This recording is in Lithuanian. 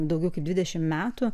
daugiau kaip dvidešimt metų